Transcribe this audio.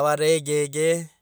ero peida ge abi roa’va.